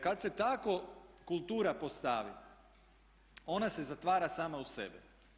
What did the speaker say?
Kad se tako kultura postavi onda se zatvara sama u sebe.